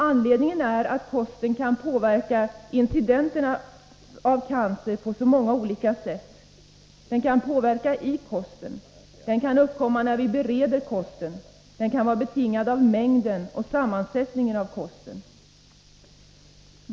Anledningen är att kosten kan påverka incidenterna av cancer på så många olika sätt. Den kan påverka i kosten. Den kan uppkomma när vi bereder kosten. Den kan vara betingad av mängden och sammansättningen av kosten.